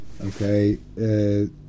Okay